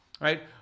right